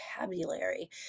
vocabulary